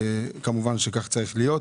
וכמובן שכך צריך להיות,